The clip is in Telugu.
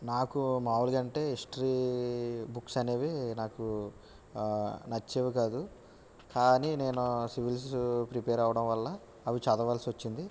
నాకు మామూలుగా అంటే హిస్టరీ బుక్స్ అనేవి నాకు నచ్చేవి కాదు కానీ నేను సివిల్సు ప్రిపేర్ అవ్వడం వల్ల అవి చదవాల్సి వచ్చింది